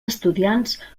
estudiants